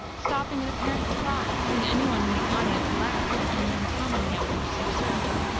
stopping in apparent surprise when any one in the audience laughed at any uncommonly outrageous absurdity.